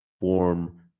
form